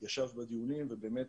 ישב בדיונים ובאמת,